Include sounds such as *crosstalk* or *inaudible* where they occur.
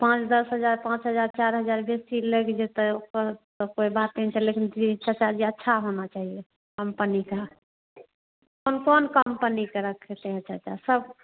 पाँच दस हज़ार पाँच हज़ार चार हज़ार बेसी लग जते ओकर तो कोई बात नहीं छै लेकिन *unintelligible* चाचा जी अच्छा होना चाहिए कंपनी का कौन कौन कंपनी का रखते हैं चाचा सब